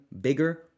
bigger